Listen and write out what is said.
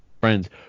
friends